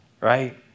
right